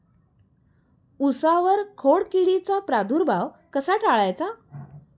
उसावर खोडकिडीचा प्रादुर्भाव कसा टाळायचा?